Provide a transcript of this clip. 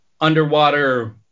underwater